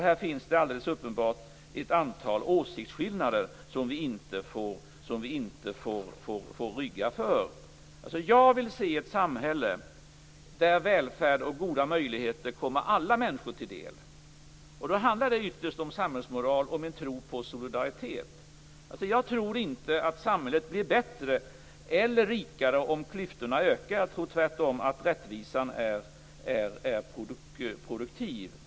Här finns det alldeles uppenbart ett antal åsiktsskillnader som vi inte får rygga för. Jag vill se ett samhälle där välfärd och goda möjligheter kommer alla människor till del. Då handlar det ytterst om samhällsmoral och tro på solidaritet. Jag tror inte att samhället blir bättre eller rikare om klyftorna ökar. Jag tror tvärtom att rättvisan är produktiv.